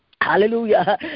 Hallelujah